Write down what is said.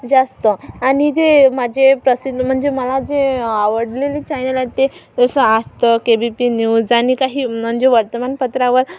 जास्त आणि जे माझे प्रसिद्ध म्हणजे मला जे आवडलेले चॅनेल आहेत ते जसं Aaj Tak A B P news आणि काही म्हणजे वर्तमानपत्रावर